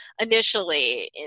initially